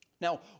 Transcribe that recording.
Now